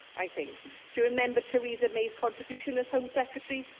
i think. do you remember theresa may's contribution, as home secretary,